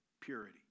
purity